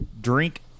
Drink